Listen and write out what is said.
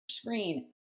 screen